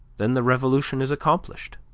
then the revolution is accomplished.